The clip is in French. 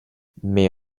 mais